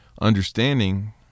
understanding